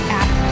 app